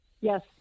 Yes